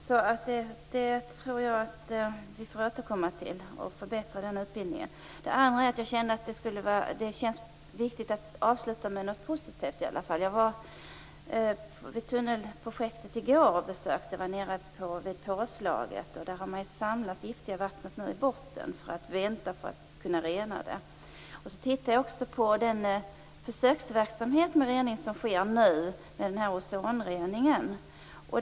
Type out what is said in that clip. Detta får vi återkomma till för att förbättra den utbildningen. Jag tycker också att det känns viktigt att avsluta med något positivt. Jag besökte i går tunnelprojektet. Jag var vid påslaget där man nu har samlat det giftiga vattnet i botten för att vänta på att kunna rena det. Jag tittade också på den försöksverksamhet med rening som nu sker, den s.k. ozonreningen.